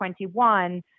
2021